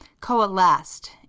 coalesced